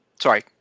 Sorry